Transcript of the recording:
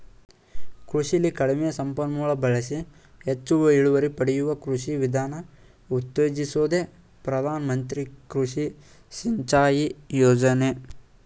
ಕೃಷಿಲಿ ಕಡಿಮೆ ಸಂಪನ್ಮೂಲ ಬಳಸಿ ಹೆಚ್ ಇಳುವರಿ ಪಡೆಯುವ ಕೃಷಿ ವಿಧಾನ ಉತ್ತೇಜಿಸೋದೆ ಪ್ರಧಾನ ಮಂತ್ರಿ ಕೃಷಿ ಸಿಂಚಾಯಿ ಯೋಜನೆ